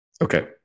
Okay